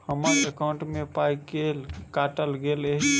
हम्मर एकॉउन्ट मे पाई केल काटल गेल एहि